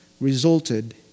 resulted